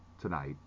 tonight